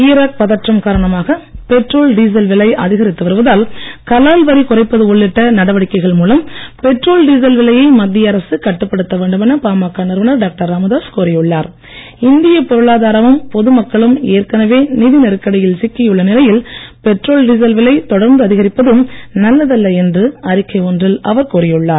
Iraq பதற்றம் காரணமாக petrol diesel விலை அதிகரித்து வருவதால் கலால் வரி குறைப்பது உள்ளிட்ட நடவடிக்கைகள் மூலம் பெட்ரோல் டீசல் விலையை மத்திய அரசு கட்டுப்படுத்த வேண்டுமென நிறுவனர் பாமக இந்திய பொருளாதாரமும் பொதுமக்களும் ஏற்கனவே நிதி நெருக்கடியில் சிக்கியுள்ள நிலையில் பெட்ரோல் டீசல் விலை தொடர்ந்து அதிகரிப்பது நல்லதல்ல என்று அறிக்கை ஒன்றில் அவர் கூறியுள்ளார்